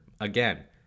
Again